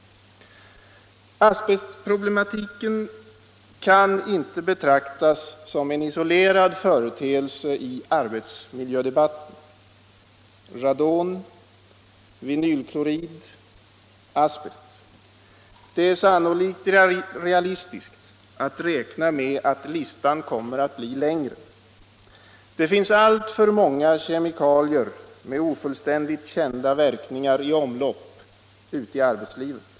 Asbestproblematiken kan inte betraktas som en isolerad företeelse i arbetsmiljödebatten. Radon, vinylklorid, asbest — det är sannolikt realistiskt att räkna med att listan kommer att bli längre. Det finns alltför många kemikalier med ofullständigt kända verkningar i omlopp ute i arbetslivet.